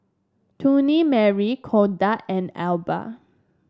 Chutney Mary Kodak and Alba